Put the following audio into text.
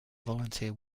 volunteer